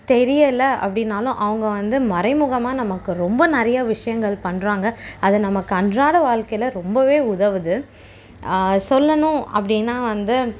தெரியலை அப்படின்னாலும் அவங்க வந்து மறைமுகமாக நமக்கு ரொம்ப நிறைய விஷியங்கள் பண்ணுறாங்க அதை நமக்கு அன்றாட வாழ்க்கையில் ரொம்ப உதவுது சொல்லணும் அப்படின்னா வந்து